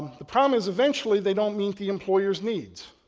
the problem is eventually, they don't meet the employer's needs.